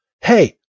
Hey